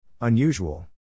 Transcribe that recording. Unusual